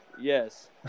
Yes